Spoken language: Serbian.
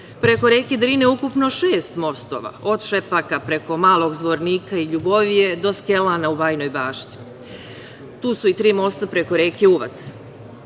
Preko reke Drine ukupno šest mostova od Šepaka preko Malog Zvornika i Ljubovije do Skelana u Bajinoj Bašti. Tu su i tri mosta preko reke Uvac. Prema